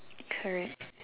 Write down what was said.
correct